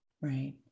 Right